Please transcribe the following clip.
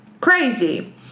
Crazy